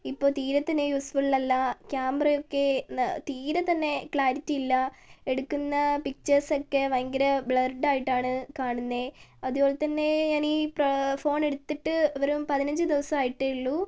ഇപ്പോൾ തീരെത്തന്നെ യൂസ്ഫുള്ളല്ല ക്യാമറയൊക്കെ തീരത്തന്നെ ക്ലാരിറ്റി ഇല്ല എടുക്കുന്ന പിക്ചർസൊക്കെ ഭയങ്കര ബ്ലർഡ് ആയിട്ടാണ് കാണുന്നത് അതുപോലെതന്നെ ഞാൻ ഈ ഫോൺ എടുത്തിട്ട് വെറും പതിനഞ്ച് ദിവസമായിട്ടേ ഉള്ളൂ